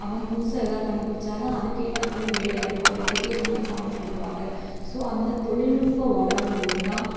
அவன் புதுசாக ஏதாவது கண்டுபிடிச்சாதான் அதுக்கேத்தமாதிரி வேலைவாய்ப்பு வரும் அதுக்கேத்தமாதிரி சம்பளம் கொடுப்பாங்க ஸோ அந்த தொழில்நுட்பம் வளரும்போதுதான்